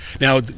Now